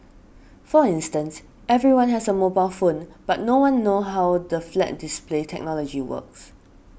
for instance everyone has a mobile phone but no one know how the flat display technology works